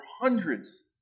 hundreds